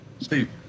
Steve